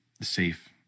safe